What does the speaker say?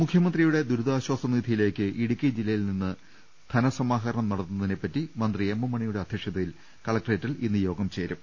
മുഖ്യമന്ത്രിയുടെ ദുരിതാശ്ചാസ നിധിയിലേക്ക് ഇടുക്കി ജില്ല യിൽ നിന്ന് ധനസമാഹരണം നടത്തുന്നതിനെ പറ്റി മന്ത്രി എം എം മണിയുടെ അധ്യക്ഷതയിൽ കലക്ട്രേറ്റിൽ ഇന്ന് യോഗം ചേരും